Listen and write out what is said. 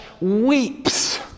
weeps